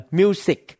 music